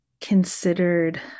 considered